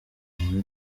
muri